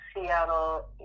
Seattle